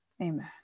amen